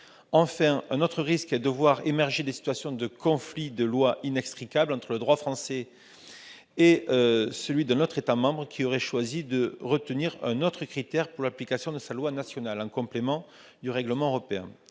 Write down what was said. Enfin, un autre risque est de voir émerger des situations de conflits de lois inextricables entre le droit français et celui d'un autre État membre qui aurait choisi de retenir un autre critère pour l'application de sa loi nationale en complément du règlement européen.